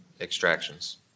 extractions